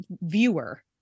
viewer